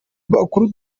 amakuru